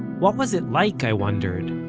what was it like, i wondered,